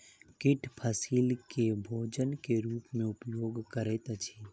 कीट फसील के भोजन के रूप में उपयोग करैत अछि